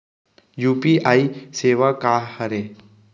UPI सेवा का हरे?